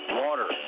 water